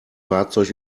fahrzeug